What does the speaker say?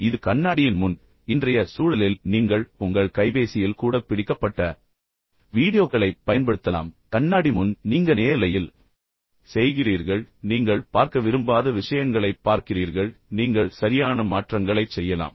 இது கண்ணாடியின் முன் இன்றைய சூழலில் நீங்கள் உங்கள் கைபேசியில் கூட பிடிக்கப்பட்ட வீடியோக்களைப் பயன்படுத்தலாம் பின்னர் அதைச் சரிபார்க்கலாம் ஆனால் கண்ணாடி போன்ற எதுவும் இல்லை ஏனெனில் நீங்கள் அதை நேரலையில் செய்கிறீர்கள் பின்னர் நீங்கள் பார்க்க விரும்பாத விஷயங்களைப் பார்க்கிறீர்கள் நீங்கள் சரியான மாற்றங்களைச் செய்யலாம்